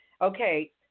Okay